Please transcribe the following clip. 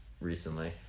recently